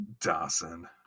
Dawson